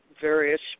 various